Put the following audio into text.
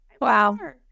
wow